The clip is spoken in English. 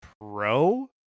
Pro